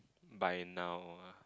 by now ah